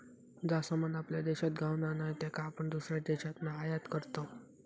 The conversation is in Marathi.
जा सामान आपल्या देशात गावणा नाय त्याका आपण दुसऱ्या देशातना आयात करतव